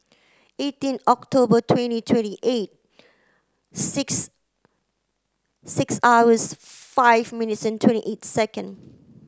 eighteen October twenty twenty eight six six hours five minutes and twenty eight second